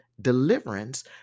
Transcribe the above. deliverance